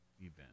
event